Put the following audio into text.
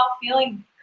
feeling